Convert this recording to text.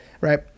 right